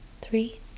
Three